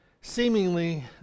seemingly